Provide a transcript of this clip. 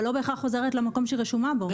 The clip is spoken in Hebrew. ולא בהכרח חוזרת למקום שהיא רשומה בו.